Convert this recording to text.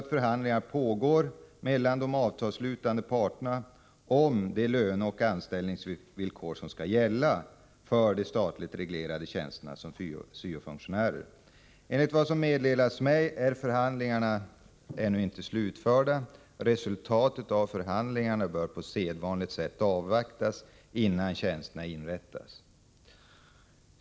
Förhandlingar pågår mellan de avtalsslutande parterna om de löneoch anställningsvillkor som skall gälla för de statligt reglerade tjänsterna som syo-funktionär. Enligt vad som meddelats mig är förhandlingarna ännu inte slutförda. Resultatet av förhandlingarna bör på sedvanligt sätt avvaktas innan tjänsterna inrättas.